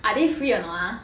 are there free or not ah